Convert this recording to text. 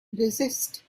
resist